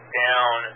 down